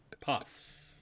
Puffs